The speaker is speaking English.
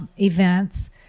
events